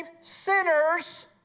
sinners